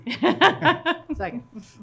Second